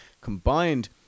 combined